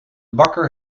bakker